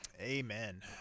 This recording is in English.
Amen